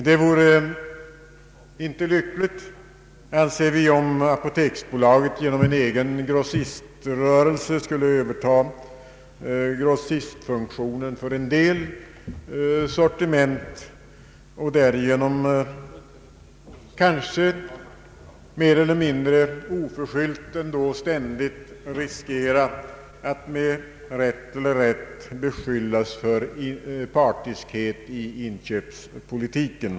Det vore inte lyckligt, anser vi, om apoteksbolaget genom en egen grossiströrelse skulle överta grossistfunktionen för en del sortiment och därigenom mer eller mindre oförskyllt ständigt riskera att beskyllas för partiskhet i inköpspolitiken.